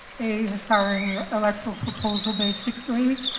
a inspiring electoral proposal, basically.